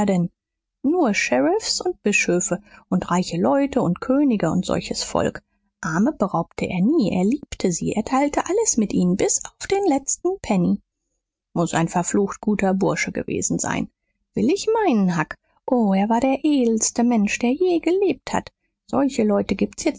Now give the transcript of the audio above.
denn nur sheriffs und bischöfe und reiche leute und könige und solches volk arme beraubte er nie er liebte sie er teilte alles mit ihnen bis auf den letzten penny muß ein verflucht guter bursche gewesen sein will ich meinen huck o er war der edelste mensch der je gelebt hat solche leute gibt's